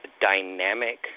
dynamic